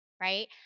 right